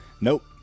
nope